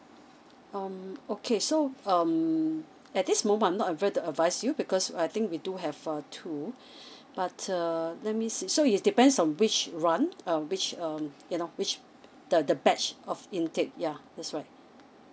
um okay so um at this moment I'm not able to advice you because I think we do have err two but err let me see so is depends on which run err which um you know which the the badge of intake yeah that's right